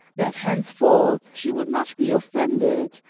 that henceforth she would not be offended,